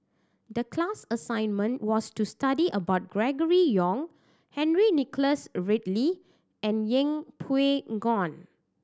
the class assignment was to study about Gregory Yong Henry Nicholas Ridley and Yeng Pway Ngon